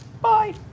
bye